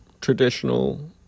traditional